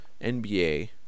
NBA